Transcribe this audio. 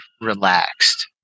relaxed